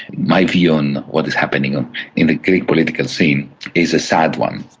my view on what is happening in the greek political scene is a sad one.